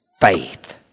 faith